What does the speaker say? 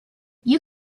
you